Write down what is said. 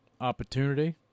opportunity